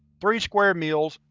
three square meals,